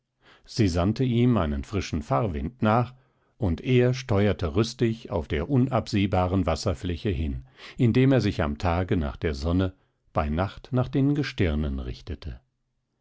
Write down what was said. sie sandte ihm einen frischen fahrwind nach und er steuerte rüstig auf der unabsehbaren wasserfläche hin indem er sich am tage nach der sonne bei nacht nach den gestirnen richtete